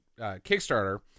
Kickstarter